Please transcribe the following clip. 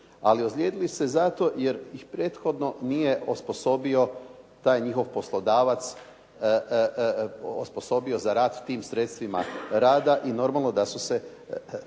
ali ozlijedili se zato jer ih prethodno nije osposobio taj njihov poslodavac, osposobio za rad tim sredstvima rada i normalno da su se